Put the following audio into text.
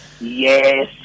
Yes